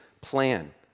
plan